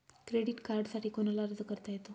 Credit कार्डसाठी कोणाला अर्ज करता येतो?